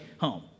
home